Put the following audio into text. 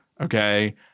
okay